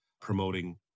promoting